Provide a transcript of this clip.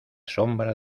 sombra